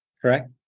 correct